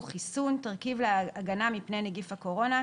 ""חיסון" תרכיב להגנה מפני נגיף הקורונה,